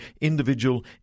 individual